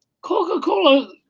Coca-Cola